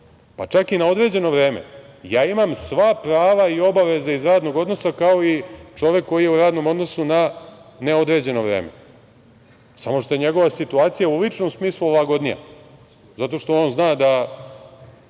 pa čak i na određeno vreme, ja imam sva prava i obaveze iz radnog odnosa kao i čovek koji je u radnom odnosu na neodređeno vreme. Samo što je njegova situacija u ličnom smislu lagodnija, zato što on zna da